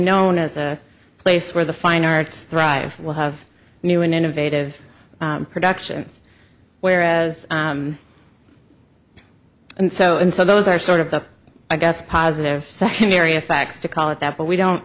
known as a place where the fine arts thrive will have new and innovative production whereas and so and so those are sort of the i guess positive secondary effects to call it that but we don't